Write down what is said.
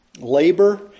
labor